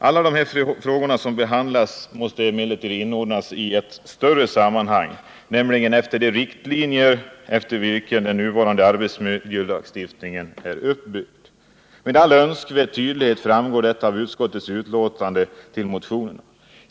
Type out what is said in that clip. Alla dessa frågor som behandlas måste emellertid inordnas i ett större sammanhang, nämligen enligt de riktlinjer efter vilka den nuvarande arbetsmiljölagstiftningen är uppbyggd. Med all önskvärd tydlighet framgår detta av utskottets betänkande.